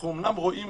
אנחנו אומנם רואים